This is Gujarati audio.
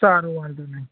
સારું વાંધોનઈ